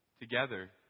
together